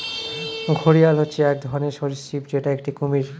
ঘড়িয়াল হচ্ছে এক ধরনের সরীসৃপ যেটা একটি কুমির